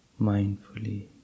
mindfully